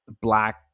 black